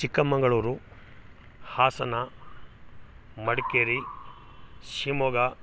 Chikkamagaluru Hassan Madikeri Shivamogga